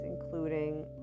including